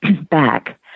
back